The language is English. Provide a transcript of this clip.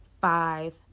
Five